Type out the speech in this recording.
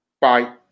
Bye